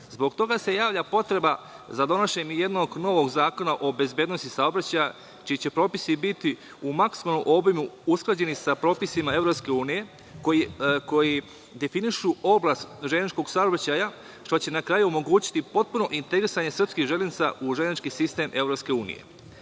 toga se javlja potreba za donošenjem jednog novog zakona o bezbednosti saobraćaja, čiji će propisi biti u maksimalnom obimu usklađeni sa propisima EU, koji definišu oblast železničkog saobraćaja, što će na kraju omogućiti potpuno integrisanje srpskih železnica u železnički sistem